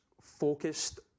focused